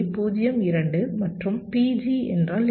02 மற்றும் PG என்றால் என்ன